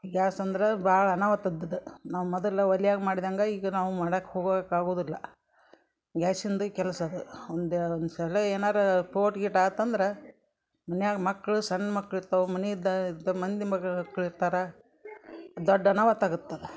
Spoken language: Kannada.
ಗ್ಯಾಸ್ ಅಂದ್ರೆ ಭಾಳ ಅನಾಹುತದ್ ಅದು ನಾವು ಮೊದಲು ಒಲ್ಯಾಗ ಮಾಡಿದಂಗೆ ಈಗ ನಾವು ಮಾಡಕ್ಕೆ ಹೋಗಕ್ಕೆ ಆಗುದಿಲ್ಲ ಗ್ಯಾಸಿಂದು ಕೆಲಸ ಅದು ಒಂದ್ಯಾ ಒಂದು ಸಲ ಏನಾರೂ ಪೋಟ್ ಗೀಟ್ ಆತಂದ್ರೆ ಮನ್ಯಾಗ ಮಕ್ಕಳು ಸಣ್ಣ ಮಕ್ಳಿರ್ತಾವೆ ಮನೀದಾದ್ ಮಂದಿ ಮಗ್ಳ್ ಮಕ್ಳಿರ್ತಾರೆ ದೊಡ್ಡ ಅನಾವತ್ ಆಗತ್ತದು